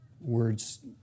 words